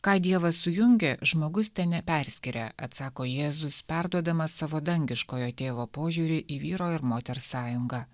ką dievas sujungė žmogus teneperskiria atsako jėzus perduodamas savo dangiškojo tėvo požiūrį į vyro ir moters sąjungą